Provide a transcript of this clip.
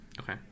Okay